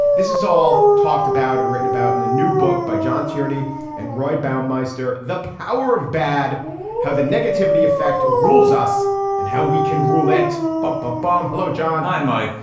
this is all talked about and written about in the new book by john tierney and roy baumeister. the power of bad how the negativity effect rules us and how we can rule it. bump, bump, bomb. hello, john. hi, mike.